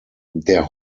der